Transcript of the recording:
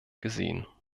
gesehen